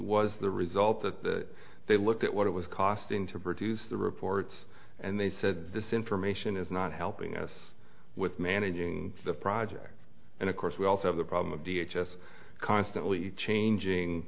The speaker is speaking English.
was the result of they looked at what it was costing to produce the reports and they said this information is not helping us with managing the project and of course we also have the problem of v h s constantly changing